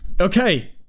Okay